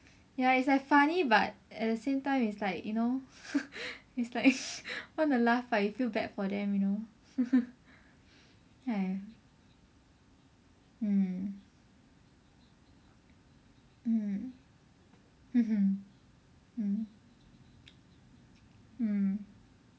ya it's like funny but at the same time it's like you know it's like want to laugh but you feel bad for them you know ya mm mm mm mm